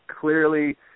clearly